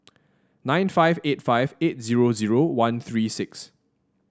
nine five eight five eight zero zero one three six